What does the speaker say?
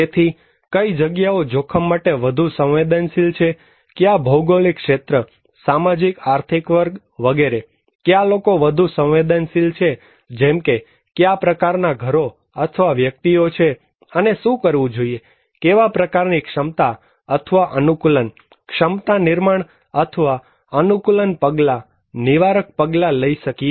તેથી કઈ જગ્યાઓ જોખમ માટે વધુ સંવેદનશીલ છે કયા ભૌગોલિક ક્ષેત્ર સામાજિક આર્થિક વર્ગ વગેરે કયા લોકો વધુ સંવેદનશીલ છે જેમ કે કયા પ્રકારના ઘરો અથવા વ્યક્તિઓ છે અને શું કરવું જોઈએ કેવા પ્રકારની ક્ષમતા અથવા અનુકૂલન ક્ષમતા નિર્માણ અથવા અનુકૂલન પગલાં નિવારક પગલાં લઈ શકીએ